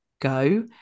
go